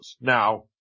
Now